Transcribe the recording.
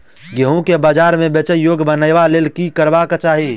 गेंहूँ केँ बजार मे बेचै योग्य बनाबय लेल की सब करबाक चाहि?